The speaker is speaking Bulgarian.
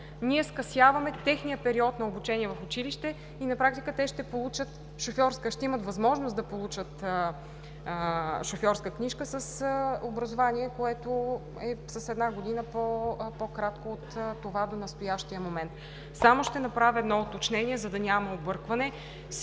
скъсяваме периода на обучение в училище и на практика ще имат възможност да получат шофьорска книжка с образование, което е с една година по-кратко от това до настоящия момент. Ще направя едно уточнение, за да няма объркване